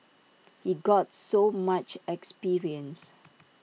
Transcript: he got so much experience